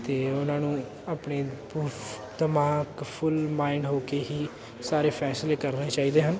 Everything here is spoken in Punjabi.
ਅਤੇ ਉਹਨਾਂ ਨੂੰ ਆਪਣੇ ਪੁਫ ਦਿਮਾਗ ਫੁਲ ਮਾਇੰਡ ਹੋ ਕੇ ਹੀ ਸਾਰੇ ਫੈਸਲੇ ਕਰਨੇ ਚਾਹੀਦੇ ਹਨ